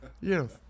Yes